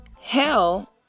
hell